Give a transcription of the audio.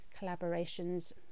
collaborations